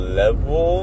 level